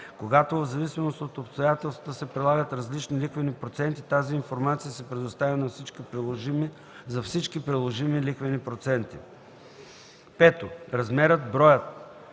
когато в зависимост от обстоятелствата се прилагат различни лихвени проценти, тази информация се предоставя за всички приложими лихвени проценти; 5. размера, броя,